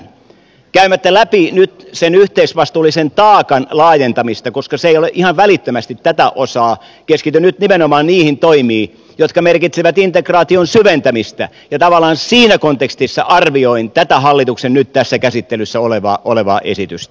käymättä läpi nyt sen yhteisvastuullisen taakan laajentamista koska se ei ole ihan välittömästi tätä osaa keskityn nyt nimenomaan niihin toimiin jotka merkitsevät integraation syventämistä ja tavallaan siinä kontekstissa arvioin tätä hallituksen nyt tässä käsittelyssä olevaa esitystä